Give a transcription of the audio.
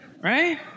Right